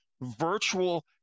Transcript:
virtual